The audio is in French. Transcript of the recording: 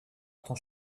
temps